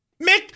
Mick